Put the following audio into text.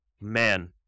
man